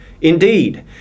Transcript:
Indeed